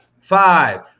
Five